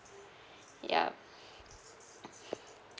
yup